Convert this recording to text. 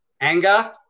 anger